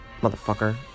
Motherfucker